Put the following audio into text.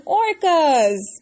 orcas